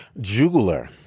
Jeweler